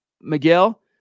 miguel